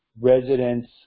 residents